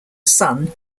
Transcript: sun